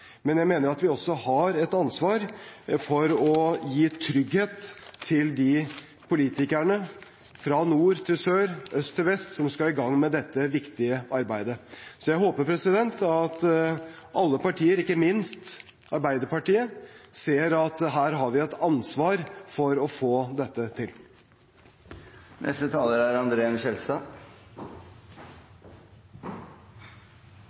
men jeg mener at vi også har et ansvar for å gi trygghet til de politikerne – fra nord til sør, fra øst til vest – som skal i gang med dette viktige arbeidet. Så jeg håper at alle partier, ikke minst Arbeiderpartiet, ser at her har man et ansvar for å få dette til.